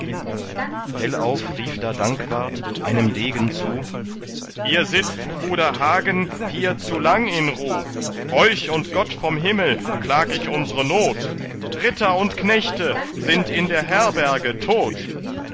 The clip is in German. hellauf rief da dankwart einem degen zu ihr sitzt bruder hagen hier zu lang in ruh euch und gott vom himmel klag ich unsre not ritter und knechte sind in der herberge tot